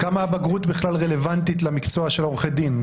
אבל יש לזה --- עד כמה הבגרות בכלל רלוונטית למקצוע של עורכי הדין,